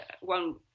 one